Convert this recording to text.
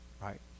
Right